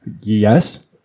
Yes